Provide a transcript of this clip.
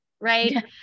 Right